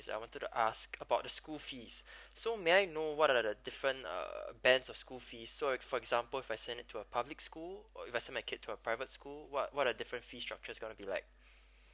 I want to ask about the school fees so may I know what are the different uh band of school fees so for example if I send him to a public school or if I send my kid to a private school what what are different fee structures gonna be like